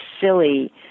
silly